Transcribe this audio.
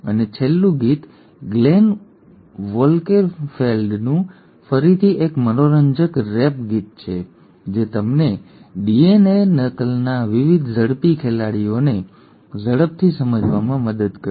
અને છેલ્લું ગીત ગ્લેન વોલ્કેનફેલ્ડનું ફરીથી એક મનોરંજક રેપ ગીત છે જે તમને ડીએનએ નકલના વિવિધ ઝડપી ખેલાડીઓને ઝડપથી સમજવામાં મદદ કરશે